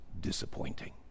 disappointing